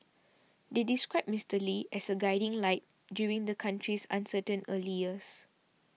they described Mister Lee as a guiding light during the country's uncertain early years